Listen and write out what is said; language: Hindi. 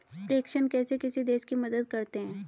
प्रेषण कैसे किसी देश की मदद करते हैं?